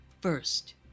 First